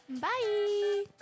Bye